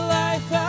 life